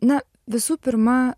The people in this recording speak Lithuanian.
na visų pirma